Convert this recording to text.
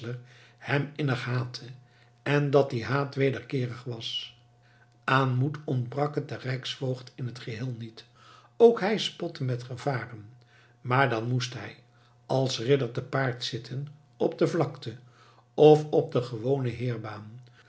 hem innig haatte en dat die haat wederkeerig was aan moed ontbrak het den rijksvoogd in het geheel niet ook hij spotte met gevaren maar dan moest hij als ridder te paard zitten op de vlakte of op de gewone heerbaan